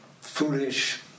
foolish